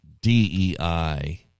DEI